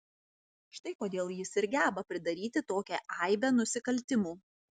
štai kodėl jis ir geba pridaryti tokią aibę nusikaltimų